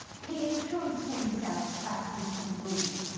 he intrudes himself back into the room.